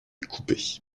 coupés